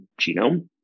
genome